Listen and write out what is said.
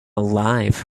alive